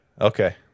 Okay